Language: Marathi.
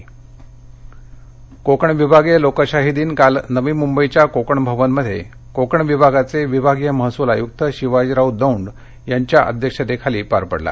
कोंकण विभागीय लोकशाही दिन नवी मंबई कोंकण विभागीय लोकशाही दिन काल नवी मुंबईच्या कोंकण भवनमध्ये कोकण विभागाचे विभागीय महसूल आयुक्त शिवाजीराव दौंड यांच्या अध्यक्षतेखाली पार पडला